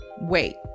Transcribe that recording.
wait